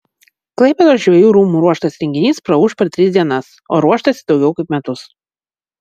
klaipėdos žvejų rūmų ruoštas renginys praūš per tris dienas o ruoštasi daugiau kaip metus